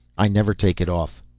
i never take it off.